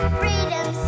freedom